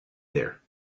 there